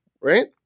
right